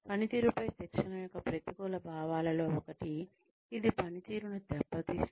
పనితీరుపై శిక్షణ యొక్క ప్రతికూల ప్రభావాలలో ఒకటి ఇది పనితీరును దెబ్బతీస్తుంది